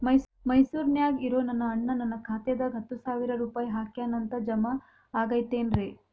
ಮೈಸೂರ್ ನ್ಯಾಗ್ ಇರೋ ನನ್ನ ಅಣ್ಣ ನನ್ನ ಖಾತೆದಾಗ್ ಹತ್ತು ಸಾವಿರ ರೂಪಾಯಿ ಹಾಕ್ಯಾನ್ ಅಂತ, ಜಮಾ ಆಗೈತೇನ್ರೇ?